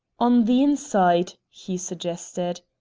on the inside, he suggested.